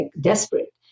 desperate